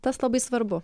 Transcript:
tas labai svarbu